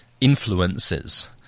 influences